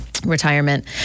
retirement